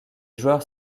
joueurs